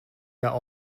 der